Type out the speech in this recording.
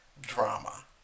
Drama